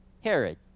Herod